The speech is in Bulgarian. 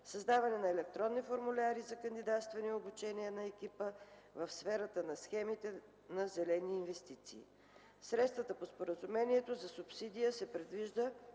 създаване на електронни формуляри за кандидатстване и обучение на екипа в сферата на схемите на зелени инвестиции. Средствата по споразумението за субсидия се предвижда